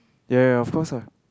ya ya of course ah